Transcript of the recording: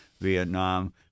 Vietnam